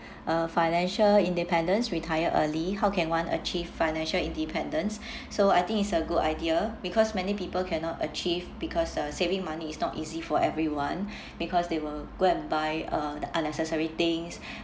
uh financial independence retire early how can one achieve financial independence so I think it's a good idea because many people cannot achieve because uh saving money is not easy for everyone because they were grabbed by uh the unnecessary things